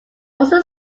also